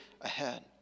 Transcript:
ahead